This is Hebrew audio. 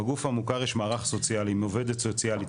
בגוף המוכר יש מערך סוציאלי עם עובדת סוציאלית,